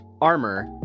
armor